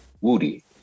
Woody